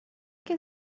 can